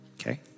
okay